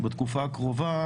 בתקופה הקרובה,